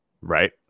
right